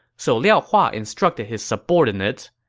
so liao hua instructed his subordinates,